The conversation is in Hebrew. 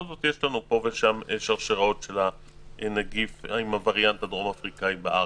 פה ושם יש שרשראות של הווריאנט הדרום-אפריקאי בארץ.